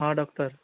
doctor